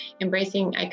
embracing